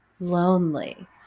lonely